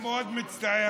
אני מאוד מצטער,